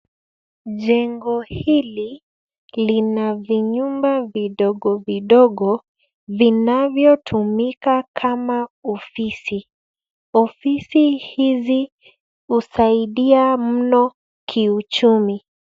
Jengo hili lina vinyumba vidogo vidogo vinavyotumika kama ofisi. Ofisi hizi husaidia mno kiuchumi.